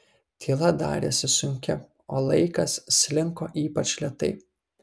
tyla darėsi sunki o laikas slinko ypač lėtai